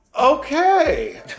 Okay